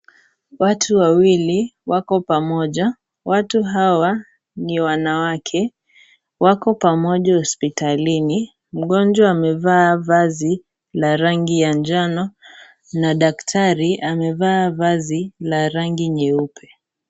Watu wawili wako pamoja watu hawa ni wanawake wako pamoja hospitalini mgonjwa amevaa vazi ya rangi ya njano na daktari amevaa vazi la rangi nyeupe.